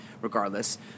regardless